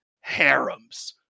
harems